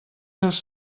seus